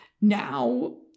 Now